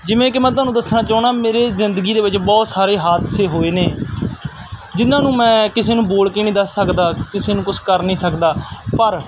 ਜਿਵੇਂ ਕਿ ਮੈਂ ਤੁਹਾਨੂੰ ਦੱਸਣਾ ਚਾਹੁੰਦਾ ਮੇਰੇ ਜ਼ਿੰਦਗੀ ਦੇ ਵਿੱਚ ਬਹੁਤ ਸਾਰੇ ਹਾਦਸੇ ਹੋਏ ਨੇ ਜਿਨ੍ਹਾਂ ਨੂੰ ਮੈਂ ਕਿਸੇ ਨੂੰ ਬੋਲ ਕੇ ਨਹੀਂ ਦੱਸ ਸਕਦਾ ਕਿਸੇ ਨੂੰ ਕੁਛ ਕਰ ਨਹੀਂ ਸਕਦਾ ਪਰ